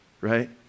right